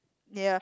ya